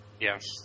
Yes